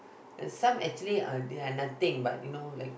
and some actually uh they are nothing but you know like